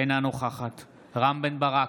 אינה נוכחת רם בן ברק,